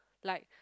like